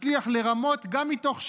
מצליח לרמות גם מתוך שינה.